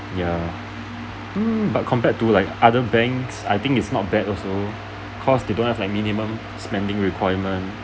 ya um but compared to like other banks I think it's not bad also cause they don't have like minimum spending requirement